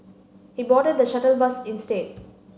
he boarded the shuttle bus instead